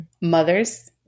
Mothers